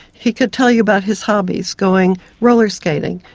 he could tell you about his hobbies, going rollerskating,